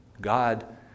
God